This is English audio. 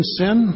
sin